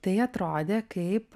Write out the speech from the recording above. tai atrodė kaip